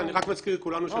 אני רק מזכיר לכולנו,